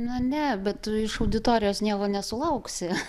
na ne bet tu iš auditorijos nieko nesulauksi